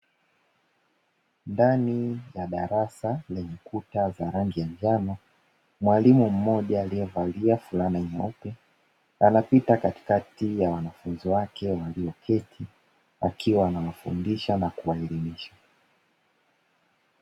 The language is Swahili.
Ndani ya darasa lenye kuta za rangi ya njano, mwalimu mmoja aliye valia fulana nyeupe anapita katikati ya wanafunzi wake walioketi, akiwa anafundisha na kuwa elimisha.